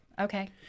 Okay